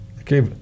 Okay